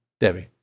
Debbie